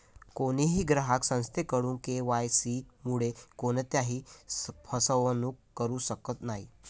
कोणीही ग्राहक संस्थेकडून के.वाय.सी मुळे कोणत्याही फसवणूक करू शकत नाही